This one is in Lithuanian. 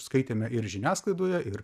skaitėme ir žiniasklaidoje ir